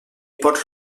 pot